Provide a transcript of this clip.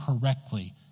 correctly